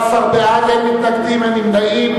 17 בעד, אין מתנגדים, אין נמנעים.